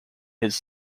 his